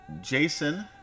Jason